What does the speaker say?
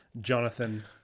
Jonathan